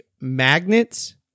magnets